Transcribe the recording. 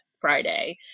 Friday